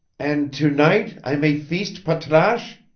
and to-night i may feast patrasche?